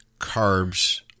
carbs